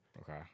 okay